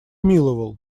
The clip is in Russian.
миловал